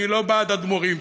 אני לא בעד אדמו"רים,